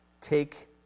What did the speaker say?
Take